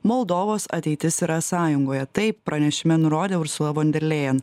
moldovos ateitis yra sąjungoje taip pranešime nurodė ursula von der lėjan